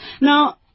Now